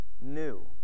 new